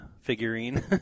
figurine